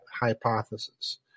hypothesis